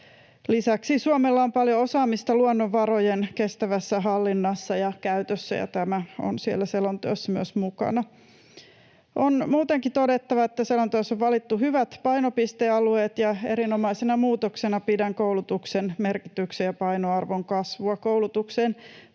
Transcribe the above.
Lisäksi Suomella on paljon osaamista luonnonvarojen kestävässä hallinnassa ja käytössä, ja tämä on siellä selonteossa myös mukana. On muutenkin todettava, että selonteossa on valittu hyvät painopistealueet, ja erinomaisena muutoksena pidän koulutuksen merkityksen ja painoarvon kasvua. Koulutukseen